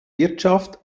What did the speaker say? wirtschaft